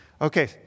Okay